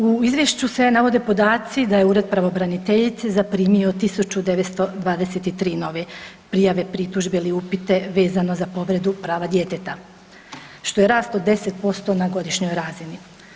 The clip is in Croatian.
U Izvješću se navode podaci da je Ured pravobraniteljice zaprimio 1923 nove prijave, pritužbe ili upite vezano za povredu prava djeteta što je rast od 10% na godišnjoj razini.